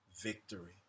victory